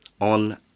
on